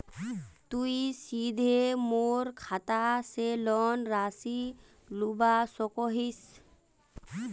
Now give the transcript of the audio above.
तुई सीधे मोर खाता से लोन राशि लुबा सकोहिस?